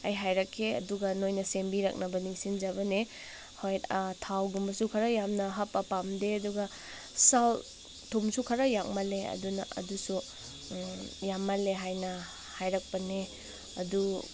ꯑꯩ ꯍꯥꯏꯔꯛꯀꯦ ꯑꯗꯨꯒ ꯅꯣꯏꯅ ꯁꯦꯝꯕꯤꯔꯛꯅꯕ ꯅꯤꯡꯁꯤꯡꯖꯕꯅꯦ ꯍꯣꯏ ꯊꯥꯎꯒꯨꯝꯕꯁꯨ ꯈꯔ ꯌꯥꯝꯅ ꯍꯥꯞꯄ ꯄꯥꯝꯗꯦ ꯑꯗꯨꯒ ꯁꯣꯜ ꯊꯨꯝꯁꯨ ꯈꯔ ꯌꯥꯛꯃꯜꯂꯦ ꯑꯗꯨꯅ ꯑꯗꯨꯁꯨ ꯌꯥꯝꯃꯜꯂꯦ ꯍꯥꯏꯅ ꯍꯥꯏꯔꯛꯄꯅꯦ ꯑꯗꯨ